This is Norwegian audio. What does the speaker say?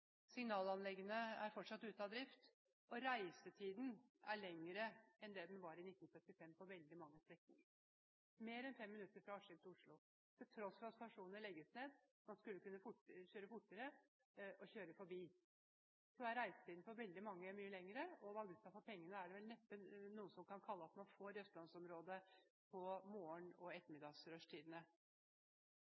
signalanleggene er fortsatt ute av drift, og reisetiden er på veldig mange strekninger lengre enn den var i 1975 – mer enn fem minutter på strekningen fra Askim til Oslo. Til tross for at stasjoner legges ned, og man skulle kunne kjørt fortere fordi man kjører forbi stasjoner, er reisetiden mye lengre for veldig mange. Valuta for pengene er det vel neppe noen som kan si at man får i østlandsområdet i morgen- og